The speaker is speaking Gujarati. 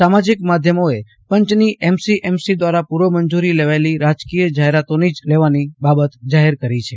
સામાજિક માધ્યમોએ પંચની એમસીએમસી દ્વારા પૂર્વ મંજૂરી લેવાયેલી રાજકીય જાહેરાતો જ લેવાની બાબત જાહેર કરી છે